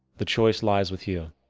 the choice lies with you.